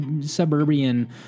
suburban